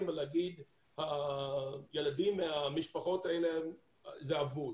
ולהגיד שהילדים מהמשפחות האלה זה אבוד.